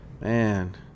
Man